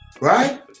right